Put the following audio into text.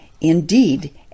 Indeed